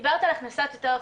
על הכנסת יותר חומרים,